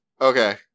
Okay